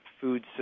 food